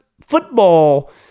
football